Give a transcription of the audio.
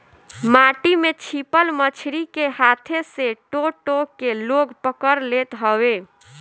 माटी में छिपल मछरी के हाथे से टो टो के लोग पकड़ लेत हवे